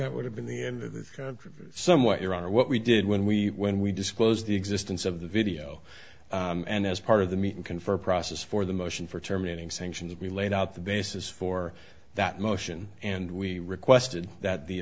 that would have been the end of this controversy somewhat your honor what we did when we when we disclosed the existence of the video and as part of the meeting confer process for the motion for terminating sanctions we laid out the basis for that motion and we requested that the